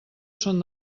són